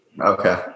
Okay